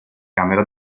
camera